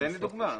תן לי דוגמה.